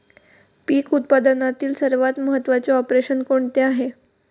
पीक उत्पादनातील सर्वात महत्त्वाचे ऑपरेशन कोणते आहे?